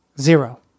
Zero